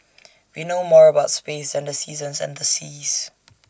we know more about space than the seasons and the seas